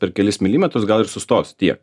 per kelis milimetrus gal ir sustos tiek